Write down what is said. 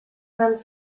runs